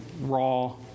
raw